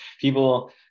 people